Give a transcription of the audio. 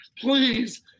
please